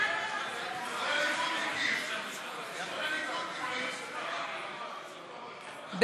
ייצוג מינימלי לשני המינים ברשימת מועמדים לכנסת) נתקבלה.